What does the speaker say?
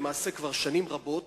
למעשה כבר שנים רבות.